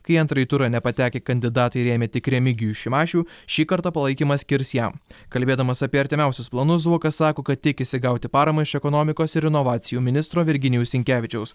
kai antrąjį turą nepatekę kandidatai rėmė tik remigijų šimašių šį kartą palaikymą skirs jam kalbėdamas apie artimiausius planus zuokas sako kad tikisi gauti paramą iš ekonomikos ir inovacijų ministro virginijaus sinkevičiaus